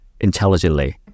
intelligently